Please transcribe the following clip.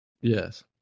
Yes